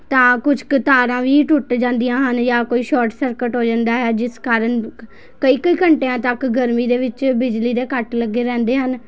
ਤਾਂ ਕੁਛ ਕੁ ਤਾਰਾਂ ਵੀ ਟੁੱਟ ਜਾਂਦੀਆਂ ਹਨ ਜਾਂ ਕੋਈ ਸ਼ੋਟ ਸਰਕਟ ਹੋ ਜਾਂਦਾ ਹੈ ਜਿਸ ਕਾਰਨ ਕਈ ਕਈ ਘੰਟਿਆਂ ਤੱਕ ਗਰਮੀ ਦੇ ਵਿੱਚ ਬਿਜਲੀ ਦੇ ਕੱਟ ਲੱਗੇ ਰਹਿੰਦੇ ਹਨ